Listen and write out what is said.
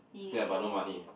scared about no money